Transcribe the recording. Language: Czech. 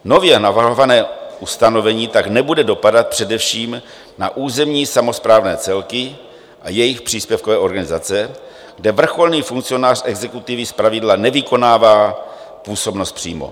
Nově navrhované ustanovení nebude dopadat především na územní samosprávné celky a jejich příspěvkové organizace, kde vrcholný funkcionář exekutivy zpravidla nevykonává působnost přímo.